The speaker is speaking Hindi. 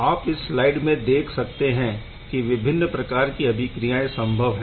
आप इस स्लाइड में देख सकते है कि विभिन्न प्रकार कि अभिक्रियाएं संभव है